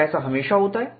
क्या ऐसा हमेशा होता है